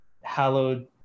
hallowed